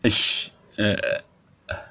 uh